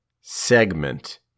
segment